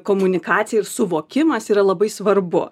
komunikacija ir suvokimas yra labai svarbu